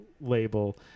label